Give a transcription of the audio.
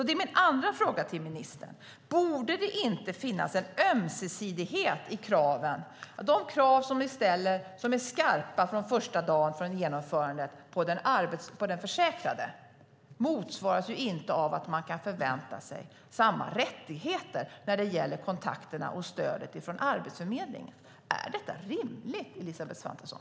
Det är min nästa fråga till ministern: Borde det inte finnas en ömsesidighet i de krav ni ställer på den försäkrade och som är skarpa från första dagen från införandet? De motsvaras ju inte av att man kan förvänta sig samma rättigheter när det gäller kontakterna och stödet från Arbetsförmedlingen. Är detta rimligt, Elisabeth Svantesson?